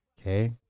Okay